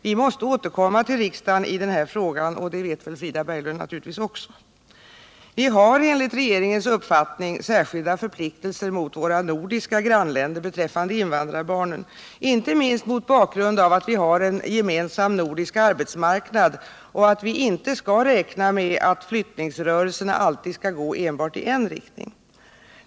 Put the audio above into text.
Vi måste återkomma till riksdagen i denna fråga, och det vet väl Frida Berglund också. Vi har enligt regeringens uppfattning förpliktelser mot våra nordiska grannländer beträffande invandrarbarnen, inte minst mot bakgrund av att vi har en gemensam nordisk arbetsmarknad och att vi inte skall räkna med att flyttningsrörelserna alltid går enbart i en riktning.